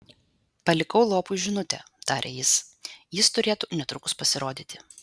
palikau lopui žinutę tarė jis jis turėtų netrukus pasirodyti